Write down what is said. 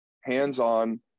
hands-on